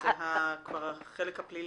סעיף 22 -- זה כבר החלק הפלילי.